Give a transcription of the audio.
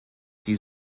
die